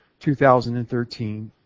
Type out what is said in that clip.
2013